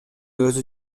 өзү